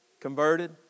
converted